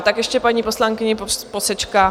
Tak ještě paní poslankyně posečká.